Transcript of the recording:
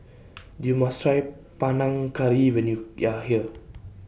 YOU must Try Panang Curry when YOU here